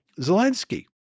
Zelensky